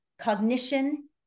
cognition